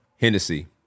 Hennessy